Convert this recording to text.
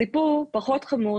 סיפור פחות חמור,